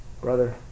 brother